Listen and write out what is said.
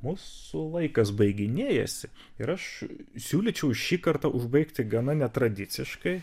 mūsų laikas baiginėjasi ir aš siūlyčiau šį kartą užbaigti gana netradiciškai